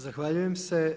Zahvaljujem se.